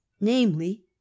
namely